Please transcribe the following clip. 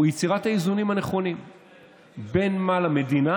הוא יצירת האיזונים הנכונים בין מה למדינה